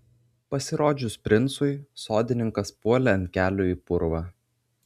pasirodžius princui sodininkas puolė ant kelių į purvą